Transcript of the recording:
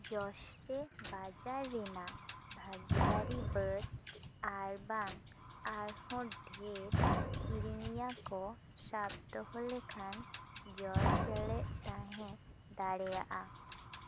ᱡᱚᱥᱨᱮ ᱵᱟᱡᱟᱨ ᱨᱮᱱᱟᱜ ᱵᱷᱟᱹᱜᱤᱫᱟᱹᱨᱤ ᱵᱟᱹᱰ ᱟᱨ ᱵᱟᱝ ᱟᱨᱦᱚᱸ ᱰᱷᱮᱨ ᱠᱤᱨᱤᱧᱤᱭᱟᱹ ᱠᱚ ᱥᱟᱵ ᱫᱚᱦᱚ ᱞᱮᱠᱷᱟᱱ ᱡᱚᱲ ᱥᱮᱞᱮᱫ ᱛᱟᱦᱮᱸ ᱫᱟᱲᱮᱭᱟᱜᱼᱟ